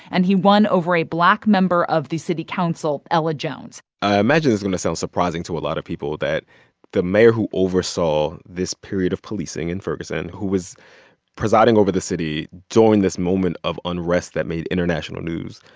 and he won over a black member of the city council, ella jones i imagine this is going to sound surprising to a lot of people that the mayor who oversaw this period of policing in ferguson, who was presiding over the city during this moment of unrest that made international news,